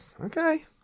Okay